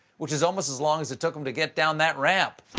which is almost as long as it took him to get down that ramp.